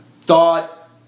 thought